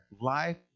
Life